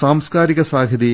ൾ സാംസ്കാരിക സാഹിതി